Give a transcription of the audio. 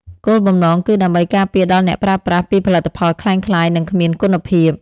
គោលបំណងគឺដើម្បីការពារដល់អ្នកប្រើប្រាស់ពីផលិតផលក្លែងក្លាយ និងគ្មានគុណភាព។